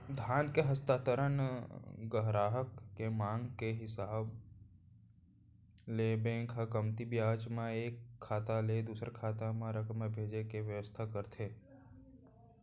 धन के हस्तांतरन गराहक के मांग के हिसाब ले बेंक ह कमती बियाज म एक खाता ले दूसर खाता म रकम भेजे के बेवस्था करथे